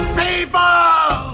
people